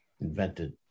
invented